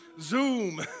Zoom